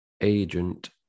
Agent